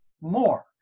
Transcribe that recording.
more